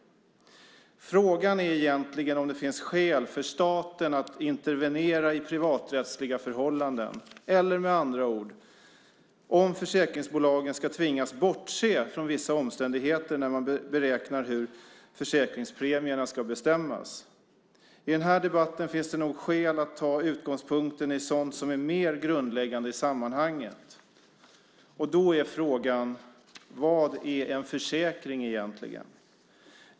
Frågan är egentligen om det finns skäl för staten att intervenera i privaträttsliga förhållanden eller, med andra ord, om försäkringsbolagen ska tvingas bortse från vissa omständigheter när de beräknar hur försäkringspremierna ska bestämmas. I den här debatten finns det nog skäl att ta utgångspunkt i sådant som är mer grundläggande i sammanhanget. Då är frågan: Vad är en försäkring egentligen?